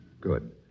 Good